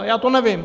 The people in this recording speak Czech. Já to nevím.